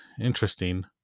interesting